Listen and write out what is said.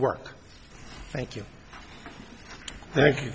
work thank you thank you